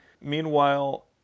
meanwhile